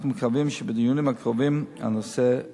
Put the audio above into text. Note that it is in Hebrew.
אנחנו מקווים שבדיונים הקרובים הנושא יסוכם.